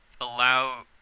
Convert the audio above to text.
allow